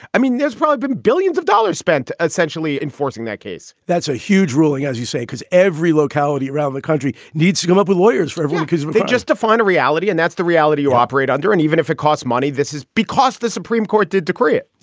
i mean, there's probably been billions of dollars spent essentially enforcing that case that's a huge ruling, as you say, because every locality around the country needs to come up with lawyers for everyone because they just define a reality and that's the reality you operate under. and even if it costs money. this is because the supreme court did decree it.